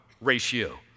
ratio